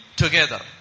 together